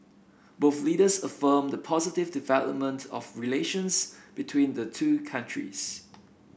both leaders affirmed the positive development of relations between the two countries